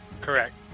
Correct